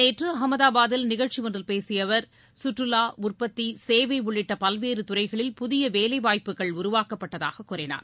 நேற்று அகமதாபாத்தில் நிகழ்ச்சியொன்றில் பேசிய அவர் கற்றுவா உற்பத்தி சேவை உள்ளிட்ட பல்வேறு துறைகளில் புதிய வேலைவாய்ப்புகள் உருவாக்கப்பட்டதாக கூறினார்